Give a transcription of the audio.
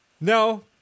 No